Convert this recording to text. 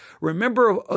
Remember